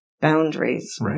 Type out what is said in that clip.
boundaries